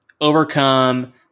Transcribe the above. overcome